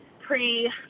pre